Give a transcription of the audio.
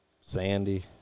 sandy